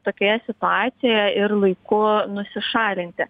tokioje situacijoje ir laiku nusišalinti